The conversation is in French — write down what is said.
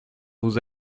vous